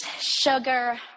sugar